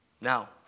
Now